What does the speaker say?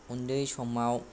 उन्दै समाव